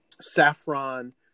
saffron